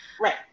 Right